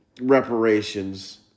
reparations